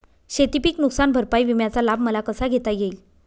शेतीपीक नुकसान भरपाई विम्याचा लाभ मला कसा घेता येईल?